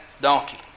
donkey